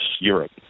Europe